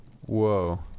Whoa